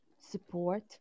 support